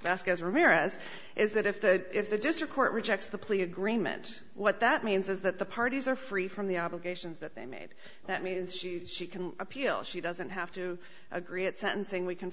vasquez ramirez is that if the if the district court rejects the plea agreement what that means is that the parties are free from the obligations that they made that means she can appeal she doesn't have to agree at sentencing we can